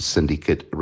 Syndicate